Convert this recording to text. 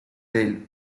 del